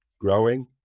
growing